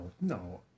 no